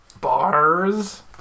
bars